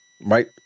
right